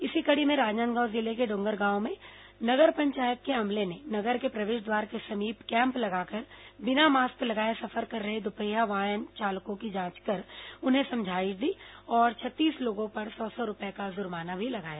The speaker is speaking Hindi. इसी कड़ी में राजनांदगांव जिले के डोंगरगांव में नगर पंचायत के अमले ने नगर के प्रवेश द्वार के समीप कैंप लगाकर बिना मास्क लगाये सफर कर रहे दोपहिया वाहन चालकों की जांच कर उन्हें समझाइश दी और छत्तीस लोगों पर सौ सौ रूपये का जुर्माना भी लगाया